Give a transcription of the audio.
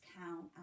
count